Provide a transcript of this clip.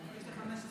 יש לי 15 דקות.